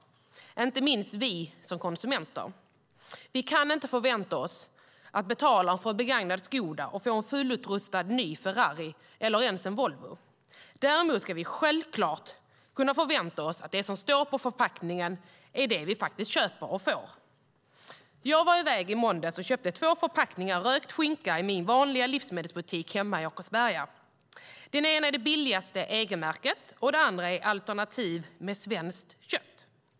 Inte minst har vi som konsumenter ett ansvar. Vi kan inte förvänta oss att betala för en begagnad Skoda och få en fullutrustad, ny Ferrari eller ens en Volvo. Däremot ska vi självfallet kunna förvänta oss att det som står på förpackningen är det vi faktiskt köper. I måndags köpte jag två förpackningar rökt skinka i min vanliga livsmedelsbutik hemma i Åkersberga. Den ena var det billigaste egenmärket, och den andra var ett alternativ med svenskt kött.